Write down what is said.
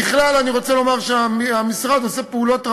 ככלל, אני רוצה לומר שהמשרד עושה פעולות רבות,